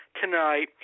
tonight